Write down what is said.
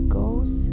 goes